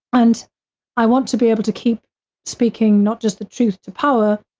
and i want to be able to keep speaking not just the truth to power,